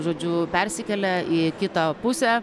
žodžiu persikelia į kitą pusę